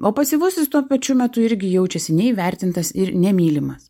o pasyvusis tuo pačiu metu irgi jaučiasi neįvertintas ir nemylimas